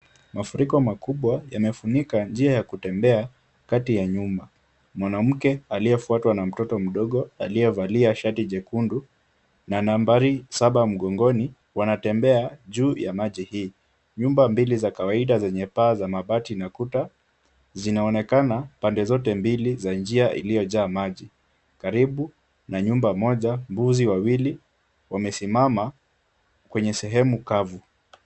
Mafuriko makubwa yamefunika njia ya kutembea kati ya nyumba. Mwanamke aliyefwatwa na mtoto mdogo aliyevalia shati jekundu na nambari saba mgongoni wanatembea juu ya maji hii. Nyumba mbili za kawaida zenye paa za mabati na kuta ,zinaonekana pande zote mbili za njia iliyojaa maji. Karibu na nyumba moja, mbuzi wawili wamesimama kwenye sehemu kavu.